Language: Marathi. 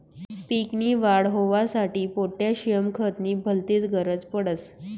पीक नी वाढ होवांसाठी पोटॅशियम खत नी भलतीच गरज पडस